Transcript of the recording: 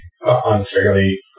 unfairly